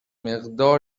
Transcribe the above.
مقدار